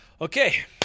Okay